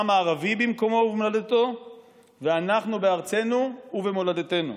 העם הערבי במקומו ובמולדתו ואנחנו בארצנו ובמולדתנו.